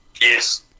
Yes